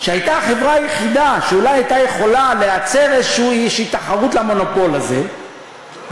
שהייתה החברה היחידה שאולי הייתה יכולה לייצר איזו תחרות למונופול הזה,